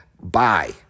Bye